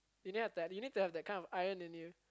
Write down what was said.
you need to have that you need to have that kind of iron in you